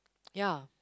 ya